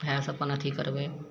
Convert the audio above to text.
इएहे सभ अपन अथी करबय